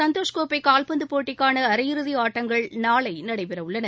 சந்தோஷ் கோப்பை கால்பந்துப் போட்டிக்கான அரை இறுதி ஆட்டங்கள் நாளை நடைபெறவுள்ளன